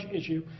issue